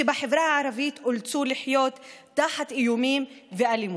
שבחברה הערבית אולצו לחיות תחת איומים ואלימות.